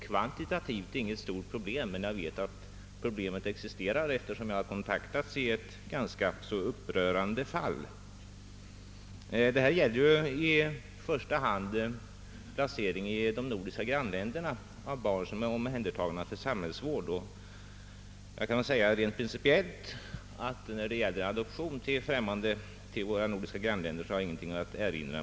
Kvantitativt sett är detta inte något stort problem, men eftersom jag har kontaktats i ett ganska upprörande fall, vet jag att problemet existerar. Det gäller i första hand placering i nordiska grannländer av barn, som är omhändertagna för samhällsvård. Rent principiellt kan jag säga att jag när det gäller adoption till våra nordiska grannländer inte har någonting att erinra.